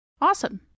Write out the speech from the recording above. Awesome